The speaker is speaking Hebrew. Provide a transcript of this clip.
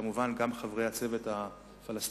וכמובן גם חברי הצוות הפלסטיני,